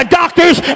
doctors